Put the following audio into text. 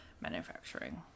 manufacturing